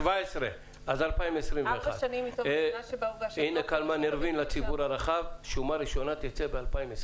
אז 2021. הנה שומה ראשונה תצא ב-2021.